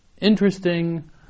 interesting